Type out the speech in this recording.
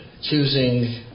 choosing